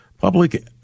public